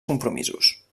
compromisos